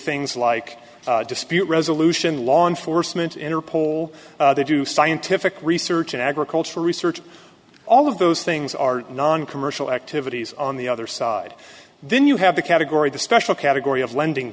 things like dispute resolution law enforcement interpol they do scientific research and agriculture research all of those things are noncommercial activities on the other side then you have the category the special category of lending